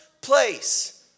place